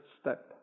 step